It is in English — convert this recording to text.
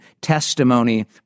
testimony